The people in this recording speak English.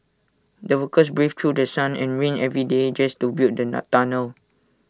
the workers braved through sun and rain every day just to build the tunnel